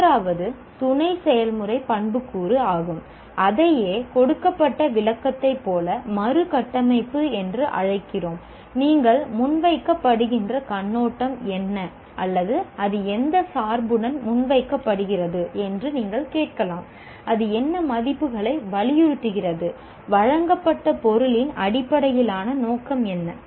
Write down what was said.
மூன்றாவது துணை செயல்முறை பண்புக்கூறு ஆகும் அதையே கொடுக்கப்பட்ட விளக்கத்தைப் போல மறுகட்டமைப்பு என்று அழைக்கிறோம் நீங்கள் முன்வைக்கப்படுகின்ற கண்ணோட்டம் என்ன அல்லது அது எந்த சார்புடன் முன்வைக்கப்படுகிறது என்று நீங்கள் கேட்கலாம் அது என்ன மதிப்புகளை வலியுறுத்துகிறது வழங்கப்பட்ட பொருளின் அடிப்படையிலான நோக்கம் என்ன